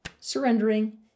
surrendering